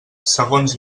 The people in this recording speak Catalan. segons